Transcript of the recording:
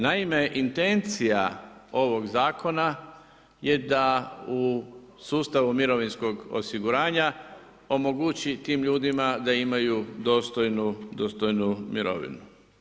Naime, intencija ovog zakona je da u sustavu mirovinskog osiguranja omogući tim ljudima da imaju dostojnu mirovinu.